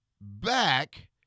Back